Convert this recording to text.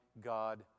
God